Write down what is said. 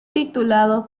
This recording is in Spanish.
titulado